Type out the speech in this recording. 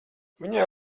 viņai